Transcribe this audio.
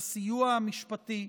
לסיוע המשפטי,